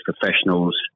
professionals